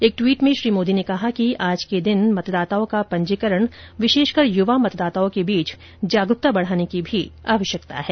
एक ट्वीट में श्री मोदी ने कहा कि आज के दिन मतदाताओं का पंजीकरण विशेषकर युवा मतदाताओं के बीच जागरूकता बढ़ाने की भी आवश्यकता है